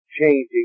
changing